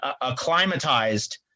acclimatized